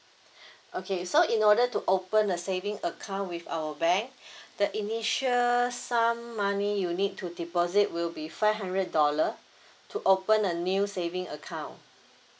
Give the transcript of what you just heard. okay so in order to open the saving account with our bank the initial sum money you need to deposit will be five hundred dollar to open a new saving account